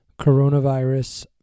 coronavirus